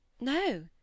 No